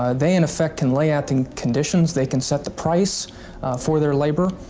ah they, in effect, can lay out the conditions they can set the price for their labor,